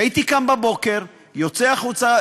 הייתי קם בבוקר, יוצא החוצה,